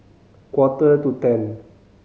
quarter to ten